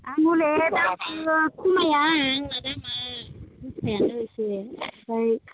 आं हले दामखौ खमाया आंना दामा एखेआनो एखे आमफ्राय